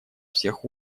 всех